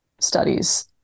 studies